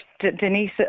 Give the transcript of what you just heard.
Denise